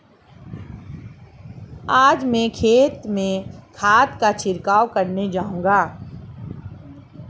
आज मैं खेत में खाद का छिड़काव करने जाऊंगा